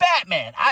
Batman